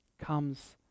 Comes